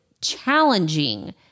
challenging